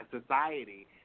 society